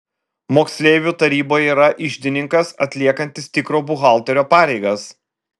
moksleivių taryboje yra iždininkas atliekantis tikro buhalterio pareigas